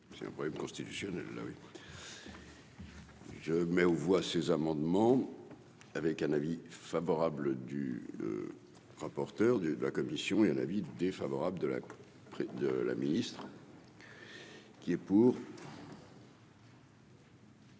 C'est un problème constitutionnel oui. Je mets aux voix ces amendements avec un avis favorable du rapporteur de la commission et un avis défavorable de la près de la ministre. Qui est pour.